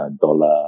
dollar